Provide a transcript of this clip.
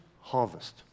harvest